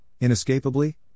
inescapably